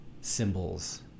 symbols